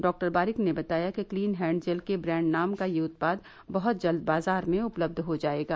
doctor Barik ने बताया कि क्लीन हैंड जेल के ब्रांड नाम का यह उत्पाद बहुत जल्द बाजार में उपलब्ध हो जाएगा